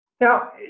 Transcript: Now